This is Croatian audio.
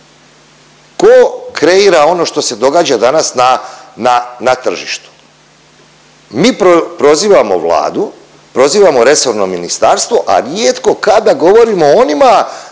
tko kreira ono što se događa danas na, na tržištu? Mi prozivamo Vladu, prozivamo resorno ministarstvo a rijetko kada govorimo o onima